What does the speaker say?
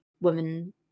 women